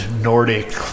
Nordic